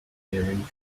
hearing